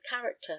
character